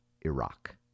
Iraq